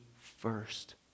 first